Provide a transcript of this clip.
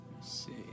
See